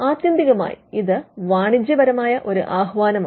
ആത്യന്തികമായി ഇത് വാണിജ്യപരമായ ഒരു ആഹ്വാനമാണ്